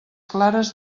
clares